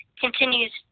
continues